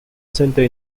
centre